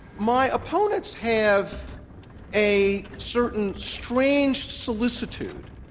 my opponents have a certain strange solicitude.